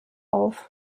auf